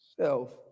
self